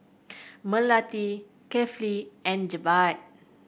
Melati Kefli and Jebat